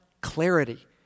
clarity